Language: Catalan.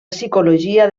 psicologia